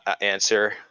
answer